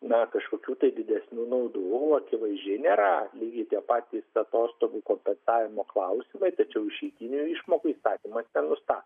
na kažkokių didesnių naudų akivaizdžiai nėra lygiai tie patys atostogų kompensavimo klausimai tačiau išeitinių išmokų įstatymas nenustato